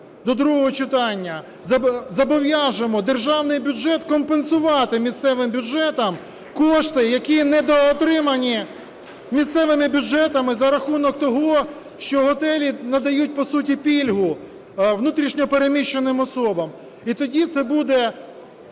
до другого читання зобов'яжемо державний бюджет компенсувати місцевим бюджетам кошти, які недоотримані місцевими бюджетами за рахунок того, що готелі надають по суті пільгу внутрішньо переміщеним особам. І тоді це буде,